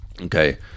Okay